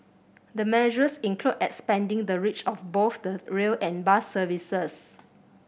the measures include expanding the reach of both the rail and bus services